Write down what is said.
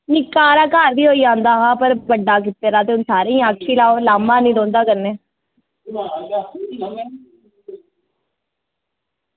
निक्का हारा घर बी होई जंदा हा पर बड्डा कीते दा ते सारेंगी आक्खी लैओ लाह्मां निं रौहंदा कन्नै